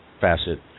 facet